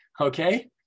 Okay